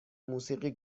موسیقی